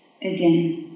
again